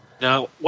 Now